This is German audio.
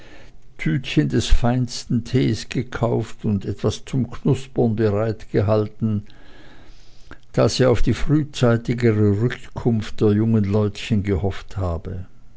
dütchen des feinsten tees gekauft und etwas zum knuspern bereitgehalten da sie auf die frühzeitigere rückkunft der jungen leutchen gehofft habe